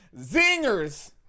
zingers